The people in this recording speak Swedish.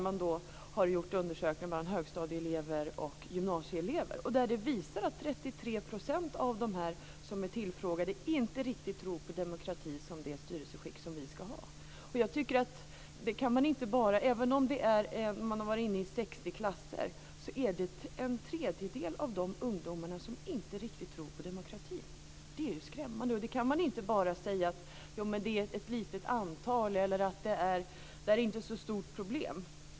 Man har gjort en undersökning bland högstadie och gymnasieelever som visar att 33 % av de tillfrågade inte riktigt tror på demokratin som det styrelseskick som vi ska ha. Även om man bara har frågat 60 klasser, så är det ändå en tredjedel av dessa ungdomar som inte riktigt tror på demokratin. Det är ju skrämmande. Då kan man inte bara säga att det är ett litet antal som tillfrågats eller att det inte är ett så stort problem.